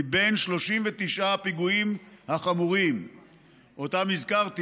מבין 39 הפיגועים החמורים שאותם הזכרתי,